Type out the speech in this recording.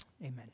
amen